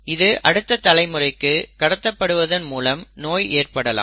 இது அடுத்த தலைமுறைக்கு கடத்தப்படுவதன் மூலம் நோய் ஏற்படலாம்